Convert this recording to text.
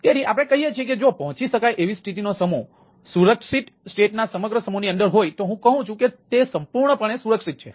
તેથી આપણે કહીએ છીએ કે જો પહોંચી શકાય તેવી સ્થિતિનો સમૂહ સુરક્ષિત સ્ટેટના સમગ્ર સમૂહની અંદર હોય તો હું કહું છું કે તે સંપૂર્ણપણે સુરક્ષિત છે